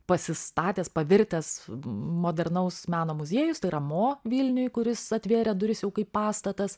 pasistatęs pavirtęs modernaus meno muziejus tai yra mo vilniuj kuris atvėrė duris jau kaip pastatas